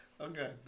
Okay